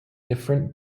different